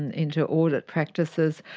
and into audit practices,